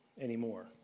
anymore